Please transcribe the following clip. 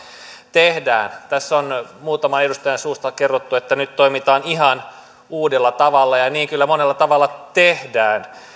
tehdään tässä on muutaman edustajan suusta kerrottu että nyt toimitaan ihan uudella tavalla ja niin kyllä monella tavalla tehdään